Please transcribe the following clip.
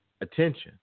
attention